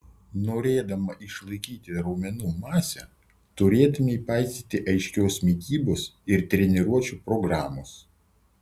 norėdama išlaikyti raumenų masę turėtumei paisyti aiškios mitybos ir treniruočių programos